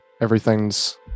Everything's